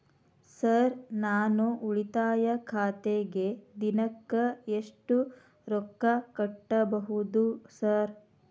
Sir ನಾನು ಉಳಿತಾಯ ಖಾತೆಗೆ ದಿನಕ್ಕ ಎಷ್ಟು ರೊಕ್ಕಾ ಕಟ್ಟುಬಹುದು ಸರ್?